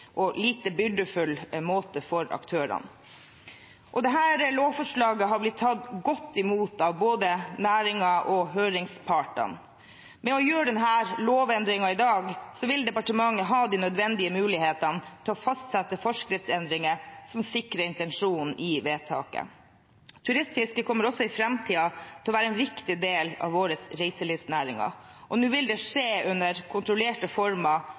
og lite byrdefull måte for aktørene. Dette lovforslaget har blitt tatt godt imot av både næringen og høringspartene. Ved å gjøre denne lovendringen i dag vil departementet ha de nødvendige mulighetene til å fastsette forskriftsendringer som sikrer intensjonen i vedtaket. Turistfisket kommer også i framtiden til å være en viktig del av våre reiselivsnæringer. Nå vil det skje i kontrollerte former